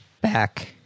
back